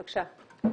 בבקשה.